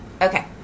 okay